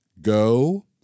Go